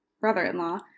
brother-in-law